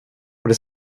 det